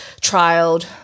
trialed